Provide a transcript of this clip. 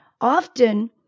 often